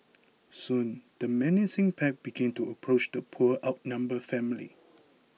soon the menacing pack began to approach the poor outnumbered family